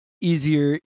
easier